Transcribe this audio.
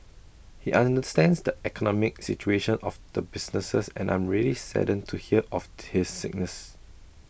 he understands the economic situation of the businesses and I'm really saddened to hear of his sickness